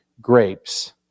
grapes